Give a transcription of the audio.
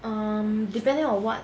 um depending on what